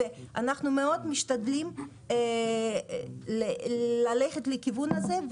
ואנחנו מאוד משתדלים ללכת עם הכיוון הזה.